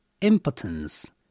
impotence